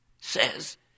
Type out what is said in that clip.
says